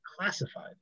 classified